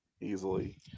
Easily